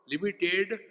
limited